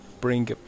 bring